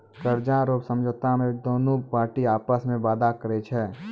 कर्जा रो समझौता मे दोनु पार्टी आपस मे वादा करै छै